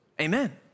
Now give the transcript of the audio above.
Amen